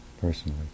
personally